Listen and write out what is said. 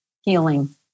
healing